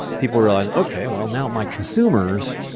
people realized, okay. well, now my consumers,